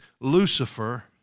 Lucifer